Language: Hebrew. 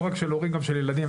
לא רק של הורים אלא גם של ילדים.